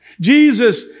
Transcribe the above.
Jesus